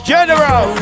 General